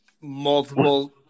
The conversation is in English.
multiple